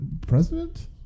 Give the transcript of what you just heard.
president